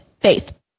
faith